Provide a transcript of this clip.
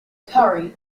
curry